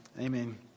Amen